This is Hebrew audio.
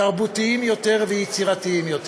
תרבותיים יותר ויצירתיים יותר.